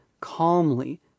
calmly